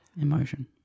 Emotion